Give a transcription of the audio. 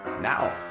Now